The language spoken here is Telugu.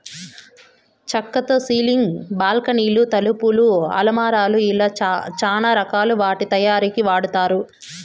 చక్కతో సీలింగ్, బాల్కానీలు, తలుపులు, అలమారాలు ఇలా చానా రకాల వాటి తయారీకి వాడతారు